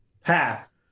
path